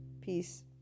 peace